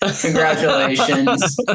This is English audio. Congratulations